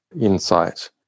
insight